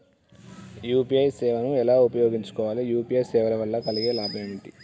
UPI సేవను ఎలా ఉపయోగించు కోవాలి? యూ.పీ.ఐ సేవల వల్ల కలిగే లాభాలు ఏమిటి?